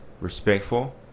respectful